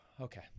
Okay